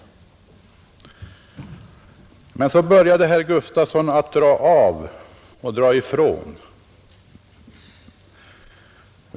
Men så började "Den statliga trafikherr Gustafson att dra ifrån.